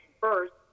first